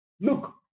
Look